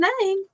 name